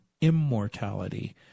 immortality